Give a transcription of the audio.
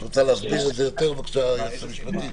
את רוצה להסביר יותר, היועצת המשפטית?